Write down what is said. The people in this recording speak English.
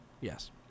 yes